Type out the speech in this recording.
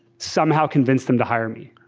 somehow convinced them to hire me.